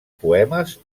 poemes